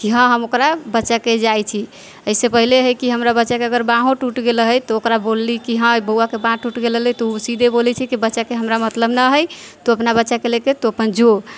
की हँ हम ओकरा बच्चाके जाइ छी अइसे पहिले हइ कि हमरा बच्चाके अगर बाँहो टूटि गेल रहै तऽ ओकरा बोलली कि हँ बौआके बाँह टूटि गेल रहलै तऽ ओ सीधे बोलै छै कि बच्चाके हमरा मतलम नहि हइ तू अपना बच्चाके लेके तू अपन जो